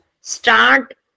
start